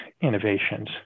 innovations